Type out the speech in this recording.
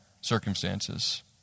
circumstances